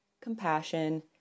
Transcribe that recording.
compassion